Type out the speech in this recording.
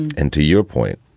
and to your point,